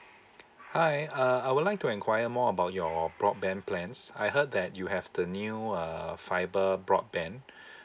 hi uh I would like to enquire more about your broadband plans I heard that you have the new uh fibre broadband